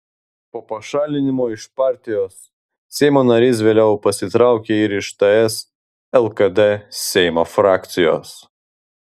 po pašalinimo iš partijos seimo narys vėliau pasitraukė ir iš ts lkd seimo frakcijos